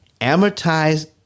Amortized